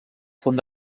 font